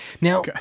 Now